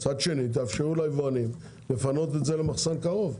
מצד שני תאפשרו ליבואנים לפנות את זה למחסן הקרוב.